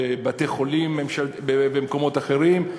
בבתי-חולים ומקומות אחרים.